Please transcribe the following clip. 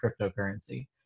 cryptocurrency